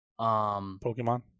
Pokemon